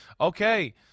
okay